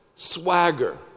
Swagger